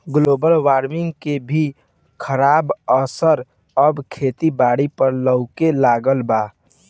global warming के भी खराब असर अब खेती बारी पर लऊके लगल बा